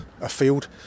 afield